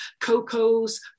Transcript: cocos